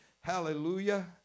Hallelujah